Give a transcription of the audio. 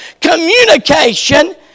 communication